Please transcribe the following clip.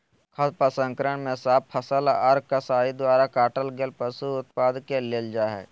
खाद्य प्रसंस्करण मे साफ फसल आर कसाई द्वारा काटल गेल पशु उत्पाद के लेल जा हई